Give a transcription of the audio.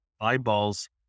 eyeballs